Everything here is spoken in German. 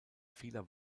vieler